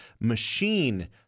machine